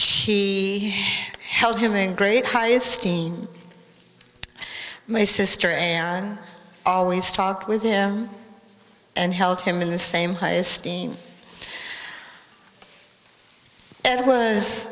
she held him in great high and sting my sister and always talked with him and held him in the same high esteem and it was